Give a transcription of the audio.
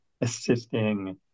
assisting